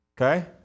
Okay